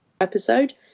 episode